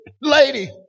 lady